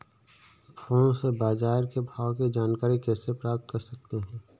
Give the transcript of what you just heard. Phone से बाजार के भाव की जानकारी कैसे प्राप्त कर सकते हैं?